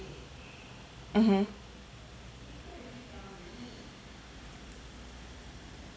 mmhmm